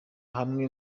hamwe